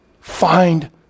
find